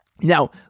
Now